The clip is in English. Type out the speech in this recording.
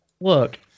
look